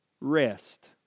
rest